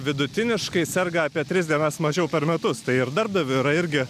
vidutiniškai serga apie tris dienas mažiau per metus tai ir darbdaviui yra irgi